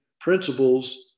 principles